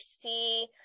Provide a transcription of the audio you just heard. see